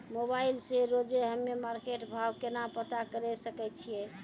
Mobile से रोजे हम्मे मार्केट भाव केना पता करे सकय छियै?